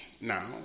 Now